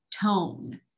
tone